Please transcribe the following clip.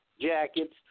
jackets